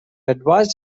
advised